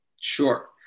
Sure